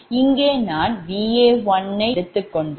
இங்கே நான் Va1 எடுத்துக்கொண்டால்